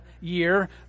year